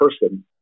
person